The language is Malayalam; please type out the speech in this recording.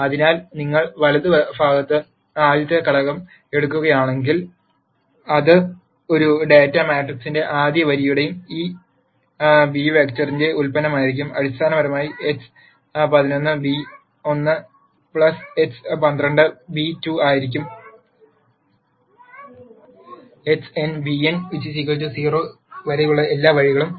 അതിനാൽ നിങ്ങൾ വലതുഭാഗത്ത് ആദ്യത്തെ ഘടകം എടുക്കുകയാണെങ്കിൽ അത് ഈ ഡാറ്റ മാട്രിക്സിന്റെ ആദ്യ വരിയുടെയും ഈ β വെക്റ്ററിന്റെയും ഉൽപ്പന്നമായിരിക്കും അടിസ്ഥാനപരമായി x11 β1 x12 β2 ആയിരിക്കും xn βn 0 വരെയുള്ള എല്ലാ വഴികളും